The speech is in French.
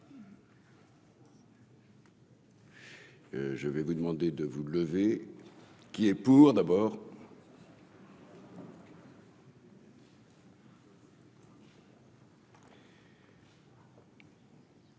Je vais vous demander de vous lever, qui est pour d'abord.